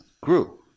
grew